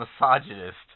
misogynist